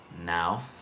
Now